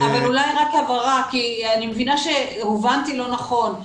אולי רק הבהרה, כי אני מבינה שהובנתי לא נכון.